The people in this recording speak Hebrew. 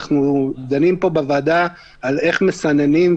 אנחנו דנים פה בוועדה איך מסננים,